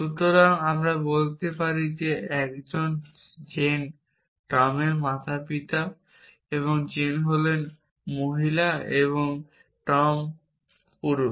সুতরাং আমি বলতে পারি একজন জেন টমের পিতামাতা এবং জেন হলেন মহিলা এবং টম পুরুষ